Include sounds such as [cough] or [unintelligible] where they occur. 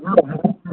[unintelligible]